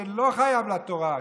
שלא מחויב לתורה,